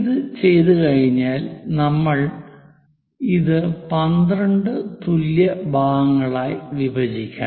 ഇത് ചെയ്തുകഴിഞ്ഞാൽ നമ്മൾ ഇത് 12 തുല്യ ഭാഗങ്ങളായി വിഭജിക്കണം